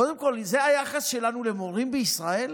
קודם כול, זה היחס שלנו למורים בישראל?